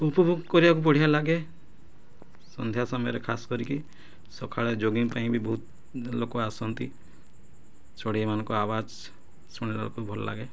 ଉପଭୋଗ କରିବାକୁ ବଢ଼ିଆ ଲାଗେ ସନ୍ଧ୍ୟା ସମୟରେ ଖାସ କରିକି ସକାଳେ ଜଗିଙ୍ଗ ପାଇଁ ବି ବହୁତ ଲୋକ ଆସନ୍ତି ଚଢ଼େଇମାନଙ୍କ ଆବାଜ ଶୁଣିଲାକୁ ଭଲ ଲାଗେ